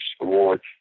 awards